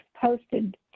posted